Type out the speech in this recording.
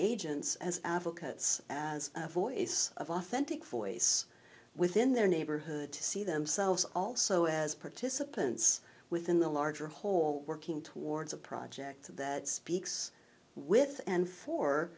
agents as advocates as voice of authentic voice within their neighborhood to see themselves also as participants within the larger whole working towards a project that speaks with and for